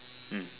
mm